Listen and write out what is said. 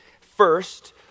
First